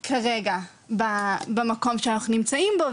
סופי כרגע במקום שאנחנו נמצאים בו,